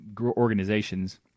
organizations